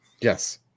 Yes